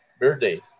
birthday